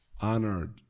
honored